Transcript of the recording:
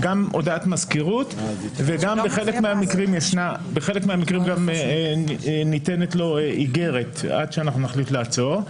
גם הודעת מזכירות ובחלק מהמקרים גם ניתנת לו איגרת עד שנחליט לעצור.